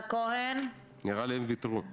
נראה לי שהם ויתרו.